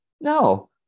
No